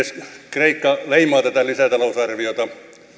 kreikka leimaa tätä lisätalousarviota